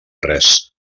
res